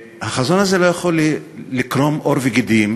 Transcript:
החזון הזה לא יכול לקרום עור וגידים